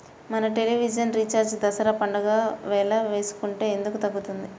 మన television recharge Dasara పండగ వేళ వేసుకుంటే ఎందుకు తగ్గుతుంది?